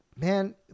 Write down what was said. man